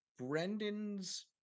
brendan's